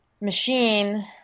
machine